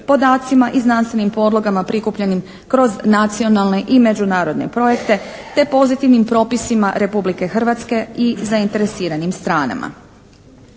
podacima i znanstvenim podlogama prikupljenim kroz nacionalne i međunarodne projekte, te pozitivnim propisima Republike Hrvatske i zainteresiranim stranama.